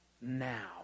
now